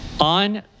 on